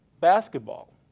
basketball